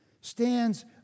stands